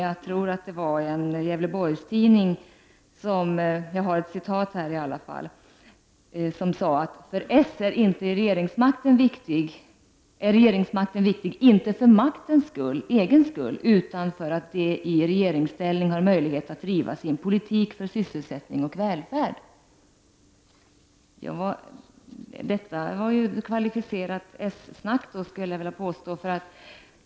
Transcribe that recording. Jag tror att det var en gävleborgstidning som skrev: ”För är regeringsmakten viktig, inte för maktens egen skull, utan för att de i regeringsställning har möjlighet att driva sin politik för sysselsättning och välfärd.” Detta är kvalificerat snack!